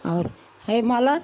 और हे माला